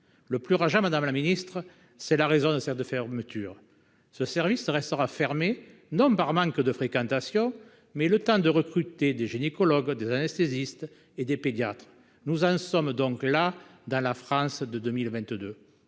Le plus rageant, madame la ministre, c'est la raison de cette fermeture ! Ce service restera fermé, non par manque de fréquentation, mais le temps de recruter des gynécologues, des anesthésistes et des pédiatres ; nous en sommes donc là dans la France de 2022